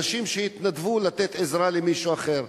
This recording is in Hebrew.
אנשים שהתנדבו לתת עזרה למישהו אחר,